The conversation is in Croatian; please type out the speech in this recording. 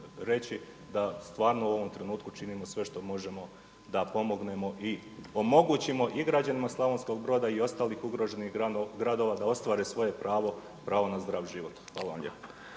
da stvarno u ovom trenutku želimo sve što možemo da pomognemo i omogućimo i građanima Slavonskog Broda i ostalih ugroženih gradova da ostvare svoje pravo, pravo na zdrav život. Hvala vam lijepo.